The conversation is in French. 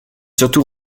surtout